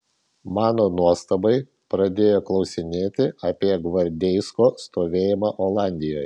mano nuostabai pradėjo klausinėti apie gvardeisko stovėjimą olandijoje